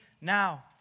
now